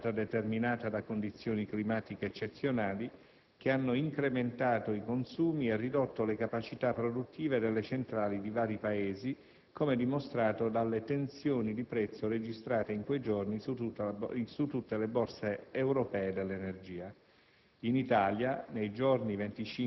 La situazione di criticità è stata determinata da condizioni climatiche eccezionali che hanno incrementato i consumi e ridotto le capacità produttive delle centrali di vari Paesi, come dimostrato dalle tensioni di prezzo registrate in quei giorni su tutte le Borse europee dell'energia.